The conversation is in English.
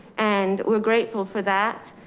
and we're grateful for that.